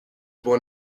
born